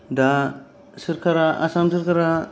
दा सोरखारा आसाम सोरखारा